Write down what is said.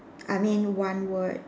I mean one word